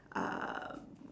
uh